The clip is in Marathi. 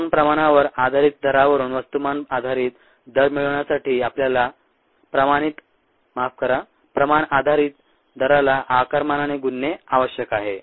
म्हणून प्रमाणावर आधारित दरावरून वस्तुमान आधारित दर मिळविण्यासाठी आपल्याला प्रमाण आधारीत दराला आकारमानाने गुणणे आवश्यक आहे